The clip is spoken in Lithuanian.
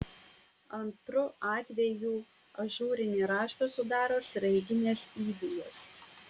antru atvejų ažūrinį raštą sudaro sraiginės įvijos